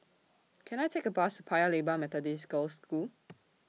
Can I Take A Bus to Paya Lebar Methodist Girls' School